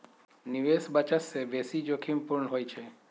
निवेश बचत से बेशी जोखिम पूर्ण होइ छइ